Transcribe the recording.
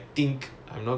okay